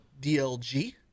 DLG